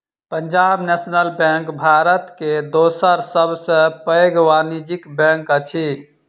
Punjab National Bank Bharat के दोसर सब सॅ पैघ वाणिज्य बैंक अछि